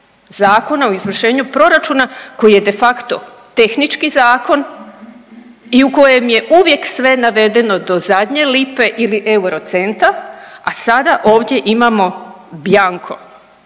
Zakona o izvršenju proračuna koji je de facto tehnički zakon i u kojem je uvijek sve navedeno do zadnje lipe ili euro centa, a sada ovdje imamo bianco,